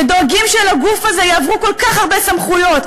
ודואגים שלגוף הזה יעברו כל כך הרבה סמכויות,